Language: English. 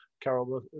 Carol